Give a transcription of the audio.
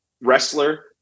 wrestler